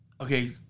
okay